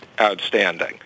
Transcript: outstanding